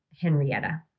Henrietta